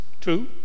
two